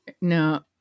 No